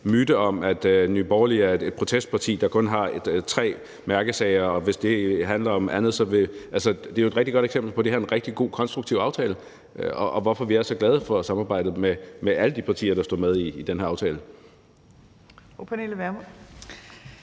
myte om, at Nye Borgerlige er et protestparti, der kun har tre mærkesager, men her er der jo et rigtig godt eksempel på, at det her er en rigtig god, konstruktiv aftale, og hvorfor vi er så glade for samarbejdet med alle de partier, der er med i den her aftale.